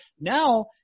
Now